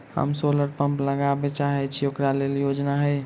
हम solar pump लगाबै चाहय छी ओकरा लेल योजना हय?